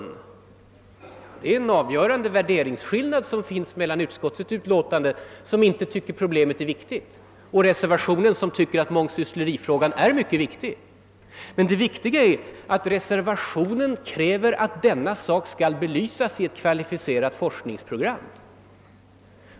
Men det är en avgörande värderingsskillnad mellan utskottsmajoriteten, som inte tycker problemet är viktigt, och reservanterna som menar att mångsysslerifrågan är allvarlig och betydelsefull. Det viktiga är emellertid att reservationen i motsats till utskottet kräver att denna sak ska belysas genom ett kvalificerat forskningsprogram.